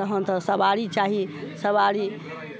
तहन तऽ सवारी चाही सवारी